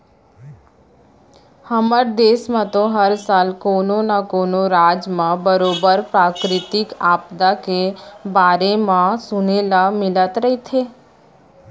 हमर देस म तो हर साल कोनो न कोनो राज म बरोबर प्राकृतिक आपदा के बारे म म सुने ल मिलत रहिथे